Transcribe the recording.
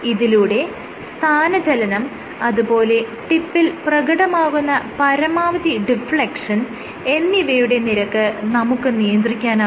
ഇതിലൂടെ സ്ഥാനചലനം അതുപോലെ ടിപ്പിൽ പ്രകടമാകുന്ന പരമാവധി ഡിഫ്ലെക്ഷൻ എന്നിവയുടെ നിരക്ക് നമുക്ക് നിയന്ത്രിക്കാനാകും